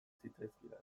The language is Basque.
zitzaizkidan